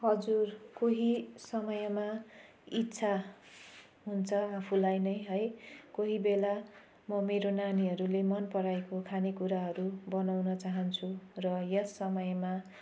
हजुर कोही समयमा इच्छा हुन्छ आफूलाई नै है कोही बेला म मेरो नानीहरूले मन पराएको खाने कुराहरू बनाउनु चाहन्छु र यस समयमा